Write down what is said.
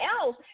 else